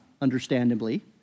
understandably